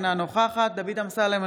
אינה נוכחת דוד אמסלם,